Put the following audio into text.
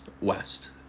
West